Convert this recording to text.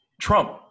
Trump